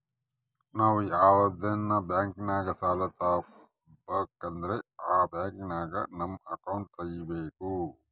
ನಾವು ಯಾವ್ದನ ಬ್ಯಾಂಕಿನಾಗ ಸಾಲ ತಾಬಕಂದ್ರ ಆ ಬ್ಯಾಂಕಿನಾಗ ನಮ್ ಅಕೌಂಟ್ ತಗಿಬಕು